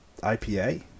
IPA